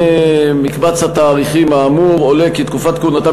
ממקבץ התאריכים האמור עולה כי תקופת כהונתם